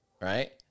Right